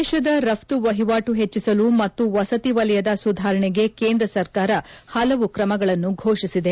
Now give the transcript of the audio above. ದೇಶದ ರಫ್ತು ವಹಿವಾಟು ಹೆಚ್ಚಿಸಲು ಮತ್ತು ವಸತಿ ವಲಯದ ಸುಧಾರಣೆಗೆ ಕೇಂದ್ರ ಸರ್ಕಾರ ಹಲವು ಕ್ರಮಗಳನ್ನು ಘೋಷಿಸಿದೆ